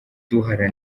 kwigira